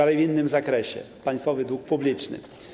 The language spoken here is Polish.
Ale to w innym zakresie - państwowy dług publiczny.